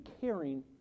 caring